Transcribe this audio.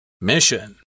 Mission